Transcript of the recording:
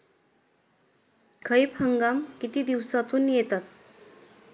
खरीप हंगाम किती दिवसातून येतात?